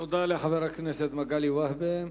תודה רבה לחבר הכנסת מגלי והבה.